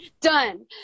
Done